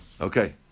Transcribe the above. Okay